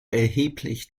erheblich